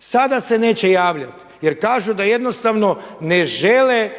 sada se neće javljati jer kažu da jednostavno ne žele